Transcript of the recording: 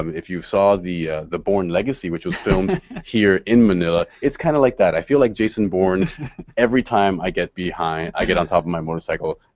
um if you saw the the bourne legacy, which was filmed here in manila, it's kind of like that. i feel like jason bourne every time i get i get on top of my motorcycle.